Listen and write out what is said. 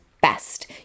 best